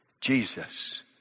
Jesus